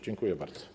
Dziękuję bardzo.